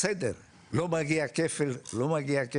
בסדר, לא מגיע כפל קצבה,